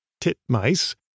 titmice